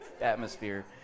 atmosphere